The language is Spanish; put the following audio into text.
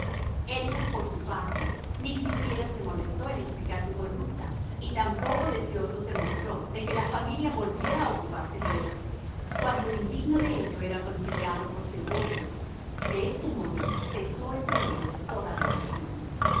elliot por su parte ni siquiera se molestó en explicar su conducta y tan poco deseoso se mostró de que la familia volviera a ocuparse de él cuanto indigno de ello era considerado por sir walter de este modo cesó entre ellos toda relación aun después de